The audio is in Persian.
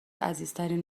عزیزترین